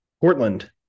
Portland